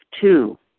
Two